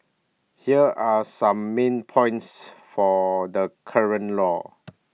here are some main points for the current law